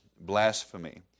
blasphemy